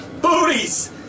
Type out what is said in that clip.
Booties